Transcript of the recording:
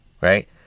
right